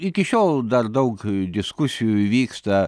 iki šiol dar daug diskusijų įvyksta